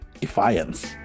defiance